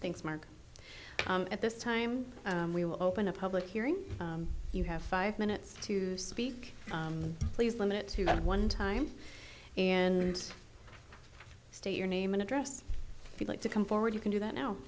thanks mark at this time we will open a public hearing you have five minutes to speak please limit that one time and state your name and address if you'd like to come forward you can do that now